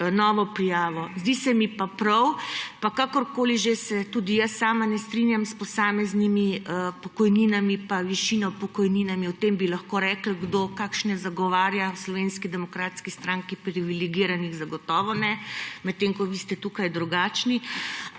novo prijavo; zdi se mi pa prav, pa kakorkoli se tudi jaz sama ne strinjam s posameznimi pokojninami in višinami pokojnin, o tem bi lahko rekli, kdo kakšne zagovarja, v Slovenski demokratski stranki privilegiranih zagotovo ne, medtem ko vi ste tukaj drugačni.